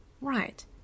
Right